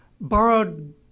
borrowed